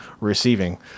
receiving